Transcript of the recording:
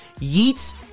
Yeats